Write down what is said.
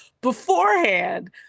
beforehand